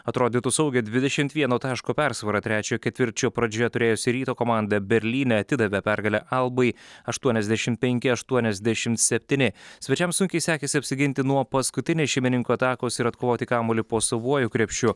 atrodytų saugią dvidešimt vien taško persvarą trečio ketvirčio pradžioje turėjusi ryto komanda berlyne atidavė pergalę albai aštuoniasdešimt penki aštuoniasdešimt septyni svečiams sunkiai sekėsi apsiginti nuo paskutinės šeimininkų atakos ir atkovoti kamuolį po savuoju krepšiu